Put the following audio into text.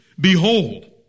Behold